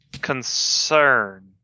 concern